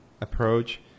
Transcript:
approach